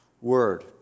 word